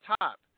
top